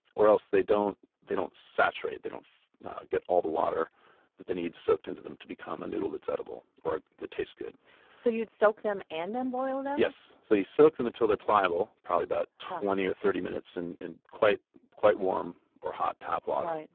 or else they don't fully develop they don't saturate. they don't get all the water that they need soaked into them to become a noodle that's edible, or that taste good so, you'd soak them and then boil them? yes. so you soak them until they're pliable probably about twenty or thirty minutes in in quite quite warm or hot tap water,